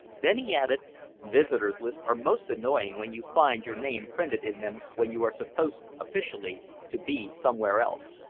then he added visitors' lists are most annoying when you find your name printed in them when you are supposed officially to be somewhere else.